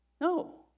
No